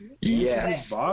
Yes